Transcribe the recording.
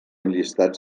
llistats